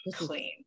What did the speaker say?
clean